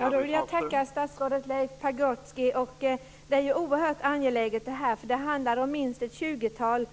Herr talman! Jag vill tacka statsrådet Leif Pagrotsky. Detta är oerhört angeläget. Det handlar om minst ett tjugotal